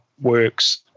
works